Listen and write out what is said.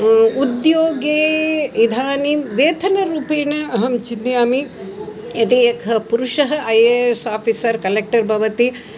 उद्योगे इदानीं वेतनरूपेण अहं चिन्तयामि यदि एकः पुरुषः I A S officer collector भवति